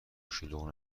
شلوغ